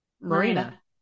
Marina